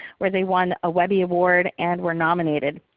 where they won a webby award and were nominated.